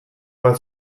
bat